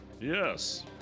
Yes